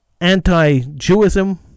Anti-Jewism